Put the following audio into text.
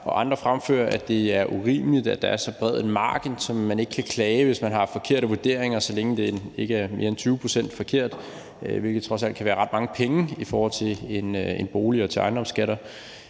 andre fremfører, at det er urimeligt, at der er så bred en margin, så man ikke kan klage, hvis man har forkerte vurderinger, så længe det ikke er mere end 20 procent forkert, hvilket trods alt kan være ret mange penge i forhold til en bolig og til ejendomsskatter.